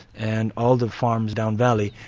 and all the farms down valley,